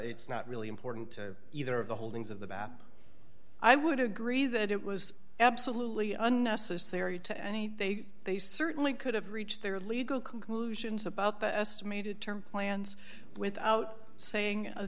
it's not really important to either of the holdings of the map i would agree that it was absolutely unnecessary to any they certainly could have reached their legal conclusions about the estimated term plans without saying a